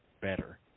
better